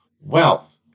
wealth